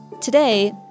Today